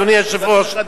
אדוני היושב-ראש,